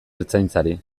ertzaintzari